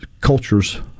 cultures